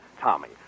Tommy